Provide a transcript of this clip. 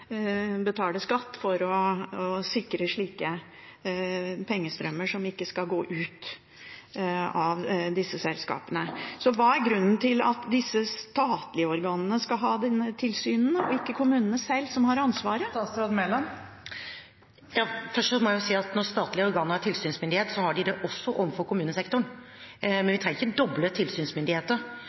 betale skatt for å sikre slike pengestrømmer – de skal ikke gå ut av disse selskapene. Så hva er grunnen til at disse statlige organene skal ha tilsynet, og ikke kommunene selv, som har ansvaret? Først må jeg si at når statlige organer har tilsynsmyndighet, har de det også overfor kommunesektoren. Vi trenger ikke doble antallet tilsynsmyndigheter.